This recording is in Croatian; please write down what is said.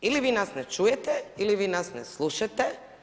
Ili vi nas ne čujete ili vi nas ne slušate.